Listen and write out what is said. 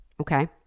Okay